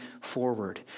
forward